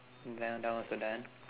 that one that one also done